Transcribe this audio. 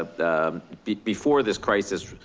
ah before this crisis